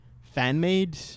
fan-made